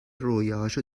رویاهاشو